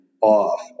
off